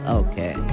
okay।